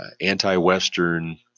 anti-western